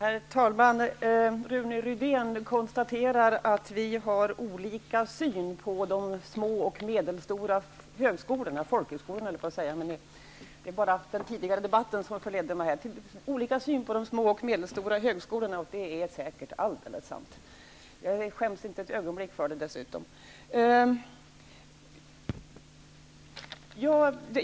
Herr talman! Rune Rydén konstaterar att vi har olika syn på de små och medelstora högskolorna. Det är säkert alldeles sant. Jag skäms dessutom inte ett ögonblick för det.